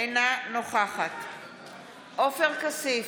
אינה נוכחת עופר כסיף,